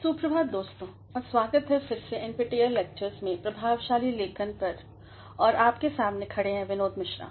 सुप्रभात दोस्तों और स्वागत है फिर से NPTEL लेक्टर्स में प्रभावशाली लेखन पर औरआपके सामने खड़े हैं बिनोद मिश्रा